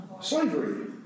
Slavery